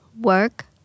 work